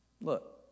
look